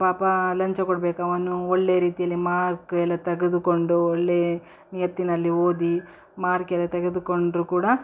ಪಾಪ ಲಂಚ ಕೊಡಬೇಕವನು ಒಳ್ಳೆಯ ರೀತಿಯಲ್ಲಿ ಮಾರ್ಕ್ ಎಲ್ಲ ತೆಗೆದುಕೊಂಡು ಒಳ್ಳೆಯ ನಿಯತ್ತಿನಲ್ಲಿ ಓದಿ ಮಾರ್ಕೆಲ್ಲ ತೆಗೆದುಕೊಂಡರೂ ಕೂಡ